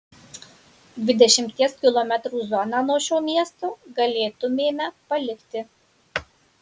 dvidešimties kilometrų zoną nuo šio miesto galėtumėme palikti